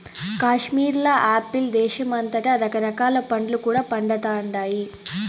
కాశ్మీర్ల యాపిల్ దేశమంతటా రకరకాల పండ్లు కూడా పండతండాయి